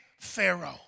Pharaoh